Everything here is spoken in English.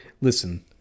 listen